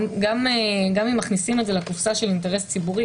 גם אם מכניסים לקופסה של אינטרס ציבורי.